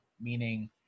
meaning